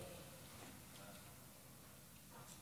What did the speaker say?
ההצעה